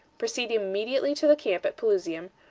proceed immediately to the camp at pelusium,